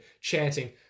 chanting